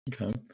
Okay